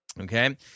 okay